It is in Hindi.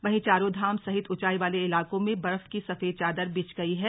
वहीं चारों धाम सहित उंचाई वाले इलाकों में बर्फ की सफेद चादर बिछ गई है